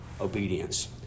obedience